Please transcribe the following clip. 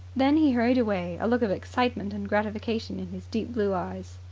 then he hurried away, a look of excitement and gratification in his deep blue eyes.